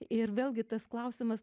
ir vėlgi tas klausimas